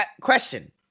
Question